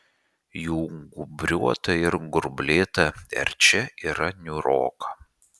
jų gūbriuota ir grublėta erčia yra niūroka